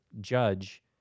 judge